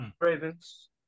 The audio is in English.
Ravens